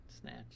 Snatch